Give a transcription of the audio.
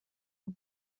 who